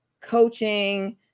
coaching